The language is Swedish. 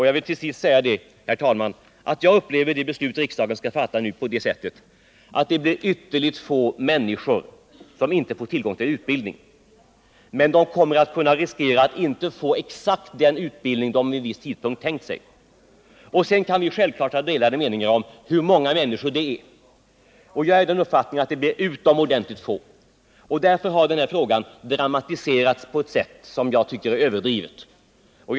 Jag vill till sist säga, herr talman, att jag upplever det beslut som riksdagen snart skall fatta på det sättet att det blir ytterligt få människor som inte får tillgång till utbildning — men de kommer att kunna riskera att inte få exakt den utbildning de vid en viss tidpunkt har tänkt sig. Sedan kan vi självfallet ha delade meningar om hur många människor det rör sig om. Jag är av den uppfattningen att det är utomordentligt få. Därför anser jag att den här frågan har dramatiserats på ett överdrivet sätt.